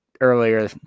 earlier